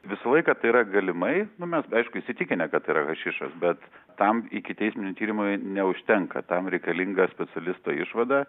visą laiką yra galimai nu mes aišku įsitikinę kad tai yra hašišas bet tam ikiteisminiui tyrimui neužtenka tam reikalinga specialisto išvada